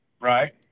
Right